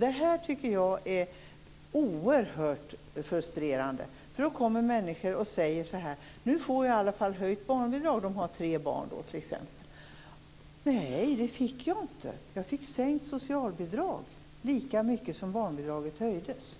Det här tycker jag är oerhört frustrerande, för nu kommer människor att säga: Nu får jag i alla fall höjt barnbidrag. De har t.ex. tre barn. Sedan säger de: Nej, det fick jag inte. Jag fick sänkt socialbidrag, lika mycket som barnbidraget höjdes.